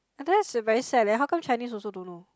that's very sad leh how come Chinese also don't know